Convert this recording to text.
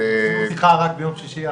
אז מה אתה מציע?